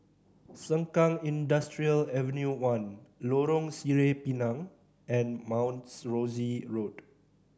Sengkang Industrial Ave One Lorong Sireh Pinang and Mount Rosie Road